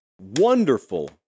wonderful